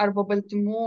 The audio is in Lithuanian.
arba baltymų